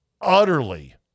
utterly